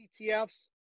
ETFs